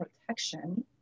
protection